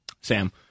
Sam